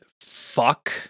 fuck